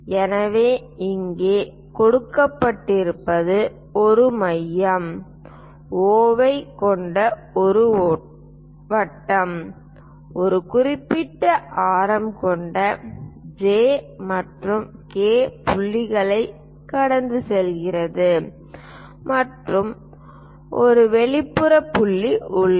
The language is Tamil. எனவே இங்கே கொடுக்கப்பட்டிருப்பது ஒரு மையம் O ஐக் கொண்ட ஒரு வட்டம் ஒரு குறிப்பிட்ட ஆரம் கொண்ட J மற்றும் K புள்ளிகளைக் கடந்து செல்கிறது மற்றும் ஒரு வெளிப்புற புள்ளி உள்ளது